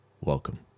Welcome